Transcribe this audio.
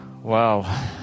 Wow